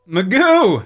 Magoo